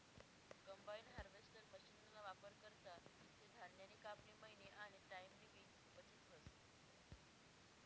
combine harvester मशीनना वापर करा ते धान्यनी कापनी, मयनी आनी टाईमनीबी बचत व्हस